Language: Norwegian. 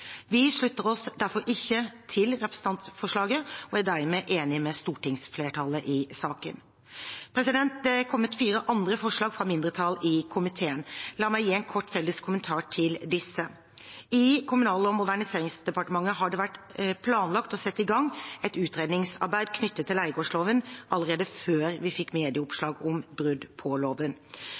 Vi slutter oss derfor ikke til representantforslaget og er dermed enig med stortingsflertallet i saken. Det er fremmet fire andre forslag fra mindretall i komiteen. La meg gi en kort felles kommentar til disse. I Kommunal- og moderniseringsdepartementet har det vært planlagt å sette i gang et utredningsarbeid knyttet til leiegårdsloven allerede før vi fikk medieoppslag om brudd på loven.